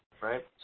right